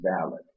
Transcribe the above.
valid